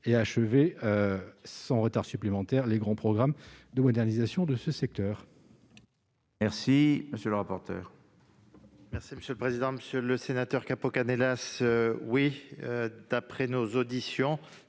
et à achever, sans retard supplémentaire, les grands programmes de modernisation de ce secteur.